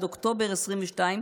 ועד אוקטובר 2022,